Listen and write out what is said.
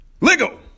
Lego